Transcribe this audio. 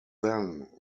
then